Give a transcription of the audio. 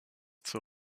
zur